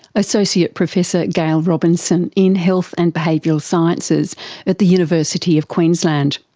associate professor gail robinson, in health and behavioural sciences at the university of queensland.